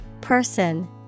Person